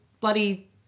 bloody